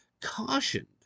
cautioned